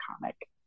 comic